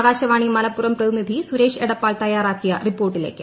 ആകാശവാണി മലപ്പുറം പ്രതിനിധി സുരേഷ് എടപ്പാൾ തയ്യാറാക്കിയ റിപ്പോർട്ടിലേക്ക്